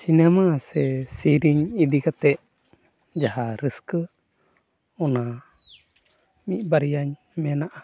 cinema ᱥᱮ ᱥᱮᱨᱮᱧ ᱤᱫᱤ ᱠᱟᱛᱮ ᱡᱟᱦᱟᱸ ᱨᱟᱹᱥᱠᱟᱹ ᱚᱱᱟ ᱢᱤᱫ ᱵᱟᱨᱭᱟᱧ ᱢᱮᱱᱟᱜᱼᱟ